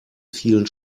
vielen